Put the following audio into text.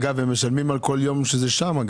הם משלמים על כל יום שזה שם?